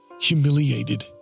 humiliated